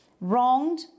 wronged